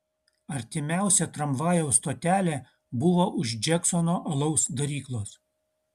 artimiausia tramvajaus stotelė buvo už džeksono alaus daryklos